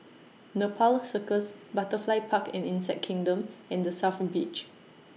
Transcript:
Nepal Circus Butterfly Park and Insect Kingdom and The South Beach